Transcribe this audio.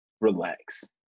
relax